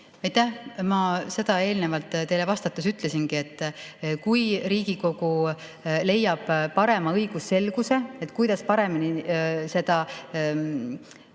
Ma seda eelnevalt teile vastates ütlesingi, et kui Riigikogu leiab parema õigusselguse, kuidas paremini seda